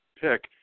pick